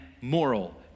moral